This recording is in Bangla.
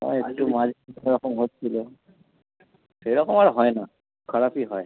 হ্যাঁ একটু মাল অন্য রকম হচ্ছিলো সেরকম আর হয় না খারাপই হয়